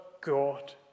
God